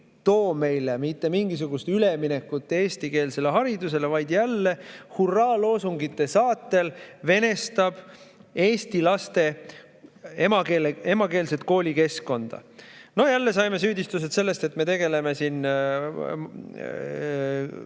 too meile mitte mingisugust üleminekut eestikeelsele haridusele, vaid hurraaloosungite saatel venestab eesti laste emakeelset koolikeskkonda. Jälle saime süüdistusi selle eest, et me tegeleme siin